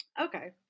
Okay